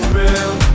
real